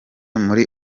muri